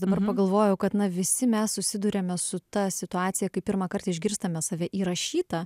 dabar pagalvojau kad na visi mes susiduriame su ta situacija kai pirmąkart išgirstame save įrašytą